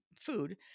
food